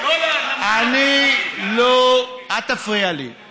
אל תפריע לי.